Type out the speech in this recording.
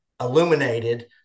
illuminated